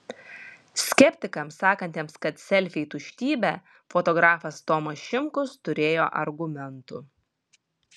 skeptikams sakantiems kad selfiai tuštybė fotografas tomas šimkus turėjo argumentų